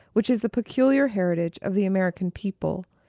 which is the peculiar heritage of the american people,